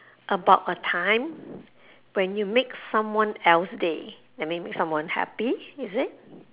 about a time when you make someone else day that mean make someone happy is it